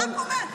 אני רק אומרת,